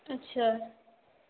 अच्छा